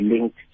linked